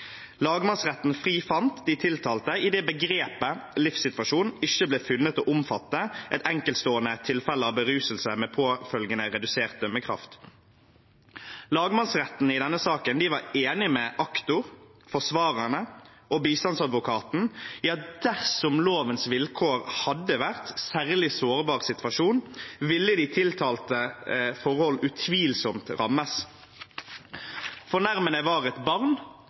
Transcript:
Lagmannsretten frifant de tiltalte idet begrepet «livssituasjon» ikke ble funnet å omfatte et enkeltstående tilfelle av beruselse med påfølgende redusert dømmekraft. Lagmannsretten var i denne saken enig med aktor, forsvarerne og bistandsadvokaten i at dersom lovens vilkår hadde vært særlig sårbar situasjon, ville de tiltalte forhold utvilsomt rammes. Fornærmede var et barn